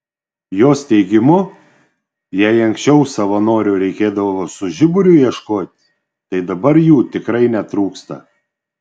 jos teigimu jei anksčiau savanorių reikėdavo su žiburiu ieškoti tai dabar jų tikrai netrūksta